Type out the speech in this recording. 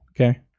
Okay